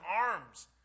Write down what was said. arms